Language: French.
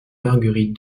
marguerite